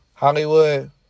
Hollywood